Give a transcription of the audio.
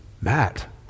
Matt